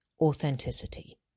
authenticity